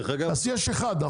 אז יש אחד.